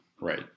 Right